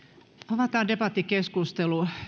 avataan debattikeskustelu